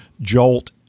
jolt